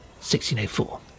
1604